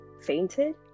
fainted